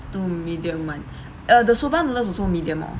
two medium [one] uh the soba noodles also medium oh